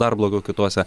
dar blogiau kituose